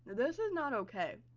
this is not okay.